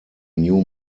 new